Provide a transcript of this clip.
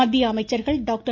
மத்திய அமைச்சர்கள் டாக்டர்